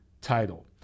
title